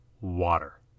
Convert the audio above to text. water